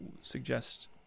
suggest